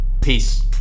peace